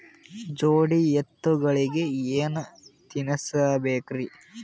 ಜೋಡಿ ಎತ್ತಗಳಿಗಿ ಏನ ತಿನಸಬೇಕ್ರಿ?